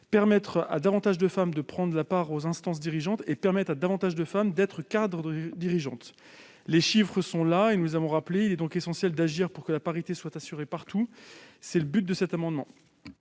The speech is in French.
permettre à davantage de femmes de prendre part aux instances dirigeantes, et permettre à davantage de femmes d'être cadres dirigeantes. Les chiffres sont là, nous les avons rappelés. Il est donc essentiel d'agir pour que la parité soit assurée partout. Quel est l'avis de